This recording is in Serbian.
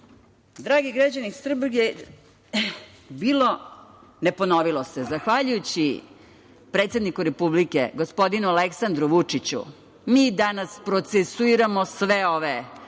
građani Srbije, bilo, ne ponovilo se. Zahvaljujući predsedniku Republike, gospodinu Aleksandru Vučiću, mi danas procesuiramo sve ove